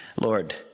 Lord